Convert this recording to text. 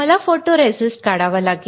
मला फोटोरिस्टिस्ट काढावा लागेल